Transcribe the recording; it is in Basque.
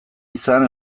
izan